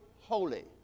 holy